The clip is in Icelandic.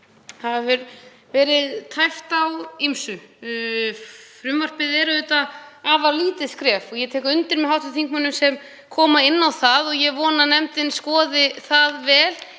og hefur verið tæpt á ýmsu. Frumvarpið er auðvitað afar lítið skref og ég tek undir með hv. þingmönnum sem komu inn á það. Ég vona að nefndin skoði vel